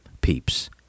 Peeps